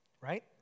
right